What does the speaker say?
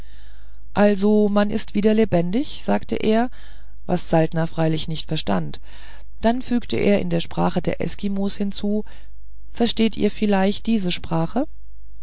also man ist wieder lebendig sagte er was saltner freilich nicht verstand dann fügte er in der sprache der eskimos hinzu versteht ihr vielleicht diese sprache